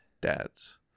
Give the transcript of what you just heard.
dads